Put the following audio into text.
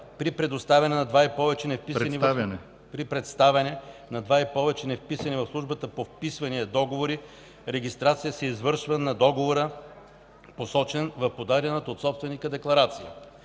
„При представяне на два и повече невписани в Службата по вписвания договори, регистрация се извършва на договора, посочен в подадената от собственика декларация.”;